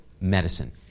medicine